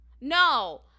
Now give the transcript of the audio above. No